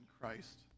Christ